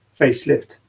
facelift